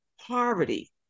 poverty